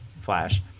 Flash